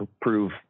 prove